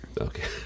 Okay